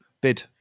bid